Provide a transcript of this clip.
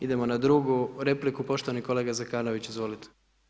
Idemo na drugu repliku, poštovani kolega Zekanović, izvolite.